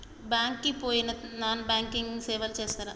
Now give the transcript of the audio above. Bank కి పోయిన non banking సేవలు చేస్తరా?